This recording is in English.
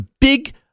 big